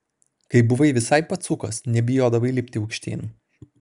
kai buvai visai pacukas nebijodavai lipti aukštyn